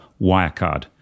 Wirecard